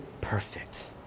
perfect